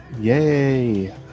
yay